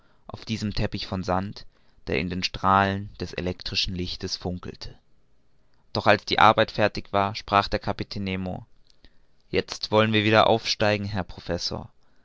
auf diesem teppich von sand der in den strahlen des elektrischen lichtes funkelte doch als diese arbeit fertig war sprach der kapitän nemo jetzt wollen wir wieder aufsteigen herr professor